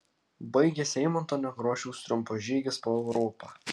baigėsi eimunto nekrošiaus triumfo žygis po europą